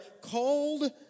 called